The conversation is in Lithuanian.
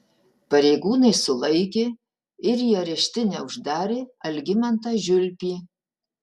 pareigūnai sulaikė ir į areštinę uždarė algimantą žiulpį